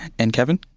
and kevin?